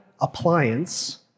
appliance